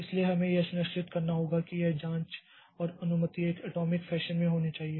इसलिए हमें यह सुनिश्चित करना होगा कि यह जांच और अनुमति एक एटॉमिक फैशन में होनी चाहिए